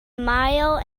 mile